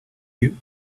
you